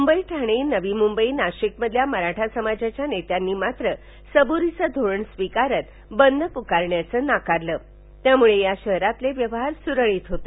मुंबई ठाणे नवी मुंबई नाशिकमधल्या मराठा समाजाच्या नेत्यांनी मात्र सदुरीचं धोरण स्वीकारत बंद पुकारण्याचं नाकारलं त्यामुळे या शहरांमधले व्यवहार सुरळीत होते